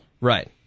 Right